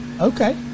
Okay